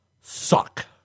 suck